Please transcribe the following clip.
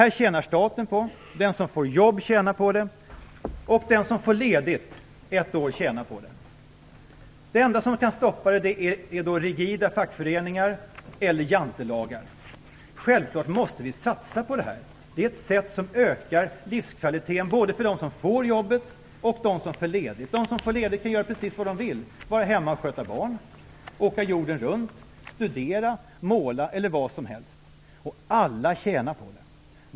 Detta tjänar staten på. Den som får jobb tjänar på det, och den som får ledigt ett år tjänar på det. Det enda som kan stoppa det är rigida fackföreningar eller Jantelagen. Vi måste självfallet satsa på det här. Det är något som ökar livskvaliteten både för dem som får jobbet och för dem som får ledigt. De som får ledigt kan göra precis som de vill. De kan vara hemma och sköta barn, åka jorden runt, studera, måla eller vad som helst, och alla tjänar på det.